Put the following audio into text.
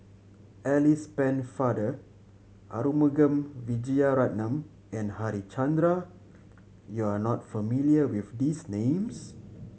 Alice Pennefather Arumugam Vijiaratnam and Harichandra you are not familiar with these names